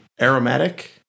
aromatic